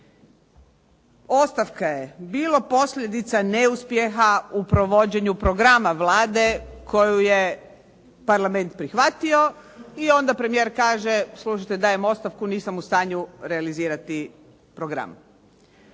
Ostavka je bilo posljedica neuspjeha u provođenju programa Vlade koju je Parlament prihvatio i onda premijer kaže, slušajte dajem ostavku, nisam u stanju realizirati program.